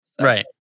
Right